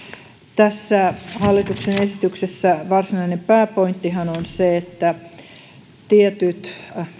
tässä hallituksen esityksessä varsinainen pääpointtihan on se että tietyt